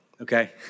okay